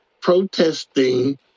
protesting